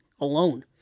alone